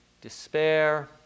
despair